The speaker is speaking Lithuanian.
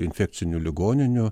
infekcinių ligoninių